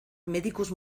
medicus